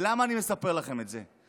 למה אני מספר לכם את זה?